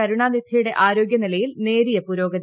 കരുണാനിധിയുടെ ആരോഗൃനിലയിൽ നേരിയ പുരോഗതി